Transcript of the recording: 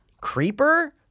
Creeper